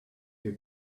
your